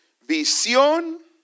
Visión